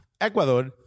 Ecuador